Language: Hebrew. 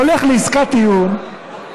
הולך לעסקת טיעון,